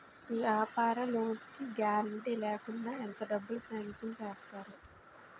వ్యాపార లోన్ కి గారంటే లేకుండా ఎంత డబ్బులు సాంక్షన్ చేస్తారు?